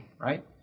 right